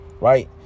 right